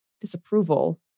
disapproval